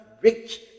rich